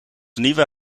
nieuwe